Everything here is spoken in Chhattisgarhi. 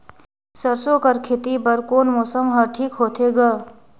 सरसो कर खेती बर कोन मौसम हर ठीक होथे ग?